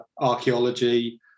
archaeology